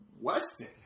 Weston